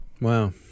Wow